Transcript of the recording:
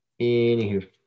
Anywho